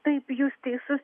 taip jūs teisus